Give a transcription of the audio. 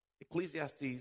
Ecclesiastes